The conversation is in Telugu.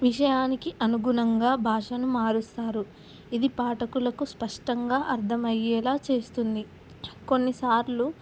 విషయానికి అనుగుణంగా భాషను మారుస్తారు ఇది పాఠకులకు స్పష్టంగా అర్థమయ్యేలా చేస్తుంది కొన్నిసార్లు